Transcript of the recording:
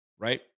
right